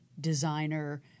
designer